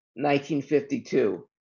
1952